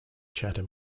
chatham